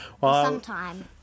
sometime